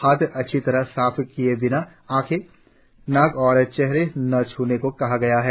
हाथ अच्छी तरह साफ किए बिना आखें नाक या चेहरा न छूने को कहा गया है